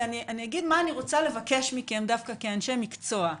אגיד מה אני רוצה לבקש מכם דווקא כאנשי מקצוע.